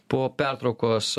po pertraukos